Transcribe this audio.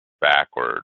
backwards